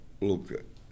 look